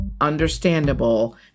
understandable